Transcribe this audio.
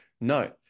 No